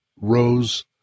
rose